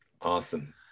Awesome